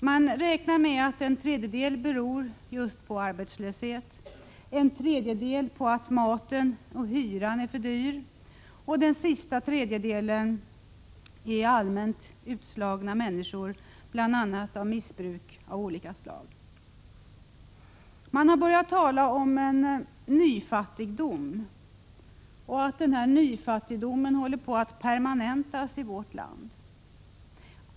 Man räknar med att en tredjedel av socialbidragen hänför sig till arbetslöshet, en tredjedel till att maten och hyran är för dyr och den sista tredjedelen till allmänt utslagna människor på grund av bl.a. missbruk av olika slag. Man har börjat tala om en nyfattigdom och om att denna håller på att permanentas i vårt land.